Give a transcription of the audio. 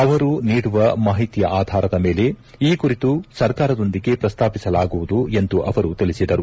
ಅವರು ನೀಡುವ ಮಾಹಿತಿಯ ಆಧಾರದ ಮೇಲೆ ಈ ಕುರಿತು ಸರ್ಕಾರದೊಂದಿಗೆ ಪ್ರಸ್ತಾಪಿಸಲಾಗುವುದು ಎಂದು ಅವರು ತಿಳಿಸಿದರು